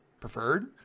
preferred